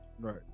Right